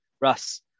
Russ